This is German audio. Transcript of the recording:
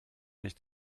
nicht